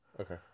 Okay